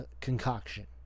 concoction